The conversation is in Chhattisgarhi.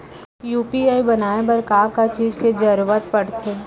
यू.पी.आई बनाए बर का का चीज के जरवत पड़थे?